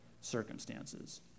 circumstances